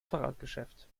fahrradgeschäft